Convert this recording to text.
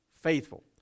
faithful